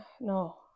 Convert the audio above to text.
No